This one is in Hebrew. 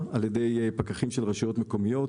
אכיפה, בעיקר על ידי פקחים של רשויות מקומיות,